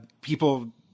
people